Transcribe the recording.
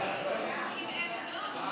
סעיפים 1 2